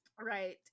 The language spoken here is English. right